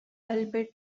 albert